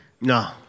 No